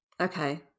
okay